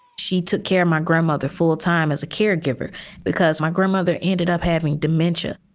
she took care my grandmother full time as a caregiver because my grandmother ended up having dementia